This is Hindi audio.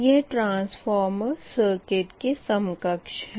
यह ट्रांसफॉर्मर सर्केट के समकक्ष है